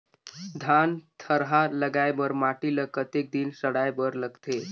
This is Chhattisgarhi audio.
धान थरहा लगाय बर माटी ल कतेक दिन सड़ाय बर लगथे?